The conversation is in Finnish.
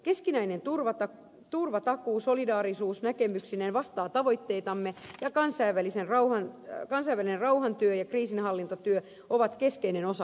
keskinäinen turvatakuu solidaarisuusnäkemyksineen vastaa tavoitteitamme ja kansainvälinen rauhantyö ja kriisinhallintatyö ovat keskeinen osa puolustuspolitiikkaamme